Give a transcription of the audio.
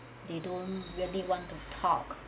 they don't really want to talk